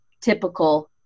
typical